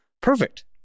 Perfect